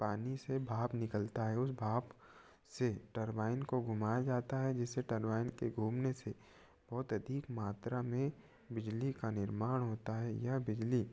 पानी से भाप निकलती है उस भाप से टरबाइन को घुमाया जाता है जिससे टरबाइन के घूमने से बहुत अधिक मात्रा में बिजली का निर्माण होता है यह बिजली